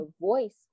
voice